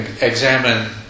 examine